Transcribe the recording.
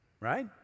Right